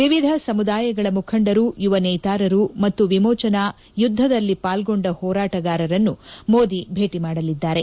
ವಿವಿಧ ಸಮುದಾಯಗಳ ಮುಖಂಡರು ಯುವನೇತಾರರು ಮತ್ತು ವಿಮೋಚನಾ ಯುದ್ಧದಲ್ಲಿ ಪಾಲ್ಗೊಂಡ ಹೋರಾಟಗಾರರನ್ನು ಮೋದಿ ಭೇಟಿ ಮಾಡಲಿದ್ದಾರೆ